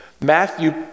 Matthew